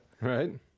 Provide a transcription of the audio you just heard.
Right